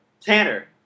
Tanner